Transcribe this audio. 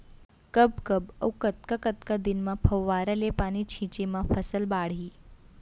कब कब अऊ कतका कतका दिन म फव्वारा ले पानी छिंचे म फसल बाड़ही?